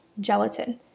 gelatin